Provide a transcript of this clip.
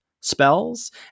spells